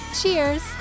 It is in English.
Cheers